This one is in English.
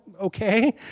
okay